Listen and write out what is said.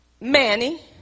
Manny